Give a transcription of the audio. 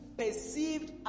perceived